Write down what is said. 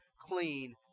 clean